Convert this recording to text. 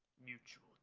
Mutual